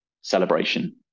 celebration